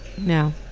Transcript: No